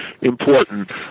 important